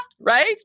Right